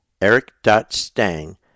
Eric.stang